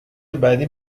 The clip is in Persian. بعدی